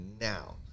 now